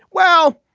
well,